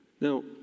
Now